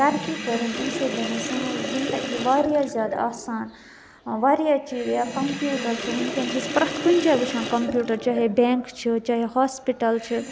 ترقی کٔرۍ أمۍ اَمہِ سۭتۍ بَنیے سٲنۍ زِنٛدگی واریاہ زیادٕ آسان واریاہ چیٖز یا کَمپیٛوٗٹَر چھُ وُنکٮ۪ن چھِ أسۍ پرٛٮ۪تھ کُنہِ جایہِ وُچھان کَمپیٛوٗٹَر چاہے بیٚنٛک چھُ چاہے ہاسپِٹَل چھِ